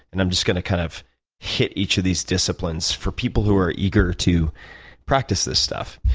and i'm just going to kind of hit each of these disciplines for people who are eager to practice this stuff.